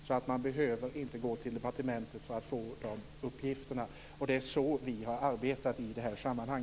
Man behöver alltså inte gå till departementet för att få de här uppgifterna. Det är så vi moderater har arbetat i detta sammanhang.